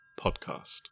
Podcast